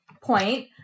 point